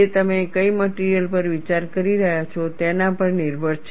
તે તમે કઈ મટિરિયલ પર વિચાર કરી રહ્યાં છો તેના પર નિર્ભર છે